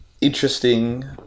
interesting